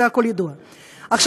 גם,